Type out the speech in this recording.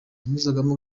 yanyuzagamo